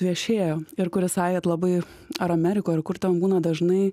viešėjo ir kuris sakė kad labai ar amerikoj ar kur ten būna dažnai